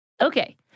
Okay